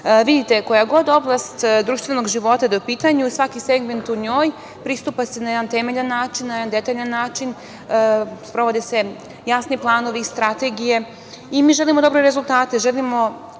koja god oblast društvenog života da je u pitanju, svaki segment u njoj, pristupa joj se na jedan temeljan način, na jedan detaljan način, sprovode se jasni planovi i strategije. Mi želimo dobre rezultate, želimo